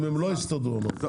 אם הם לא יסתדרו אמרתי.